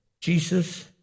Jesus